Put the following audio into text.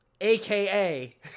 AKA